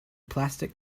plastic